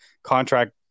contract